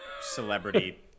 celebrity